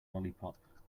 lollipop